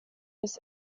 bis